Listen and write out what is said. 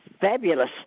fabulous